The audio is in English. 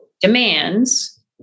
demands